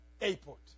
airport